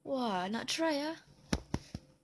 !wah! nak try ah